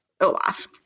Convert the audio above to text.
Olaf